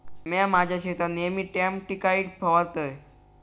म्या माझ्या शेतात नेयमी नेमॅटिकाइड फवारतय